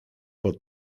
pod